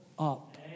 Up